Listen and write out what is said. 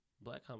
black